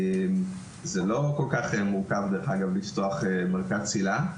זה לא כל-כך מורכב לפתוח מרכז צלילה.